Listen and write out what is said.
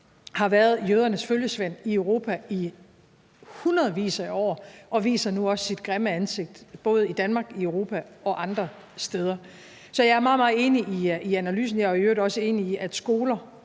har været jødernes følgesvend i Europa i hundredvis af år, og den viser nu også sit grimme ansigt både i Danmark, i Europa og andre steder. Så jeg er meget, meget enig i analysen, og jeg er i øvrigt også enig i, at skoler